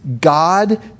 God